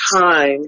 time